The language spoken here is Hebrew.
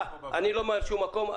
אני לא ממהר לשום מקום.